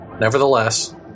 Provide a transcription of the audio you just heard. Nevertheless